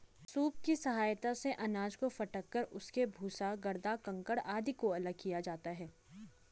soup की सहायता से अनाज को फटक कर उसके भूसा, गर्दा, कंकड़ आदि को अलग किया जाता है